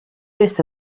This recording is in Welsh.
byth